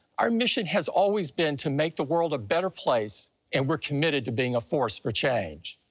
our mission has always been to make the world a better place, and we're committed to being a force for change.